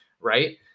right